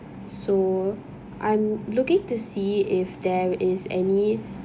so I'm looking to see if there is any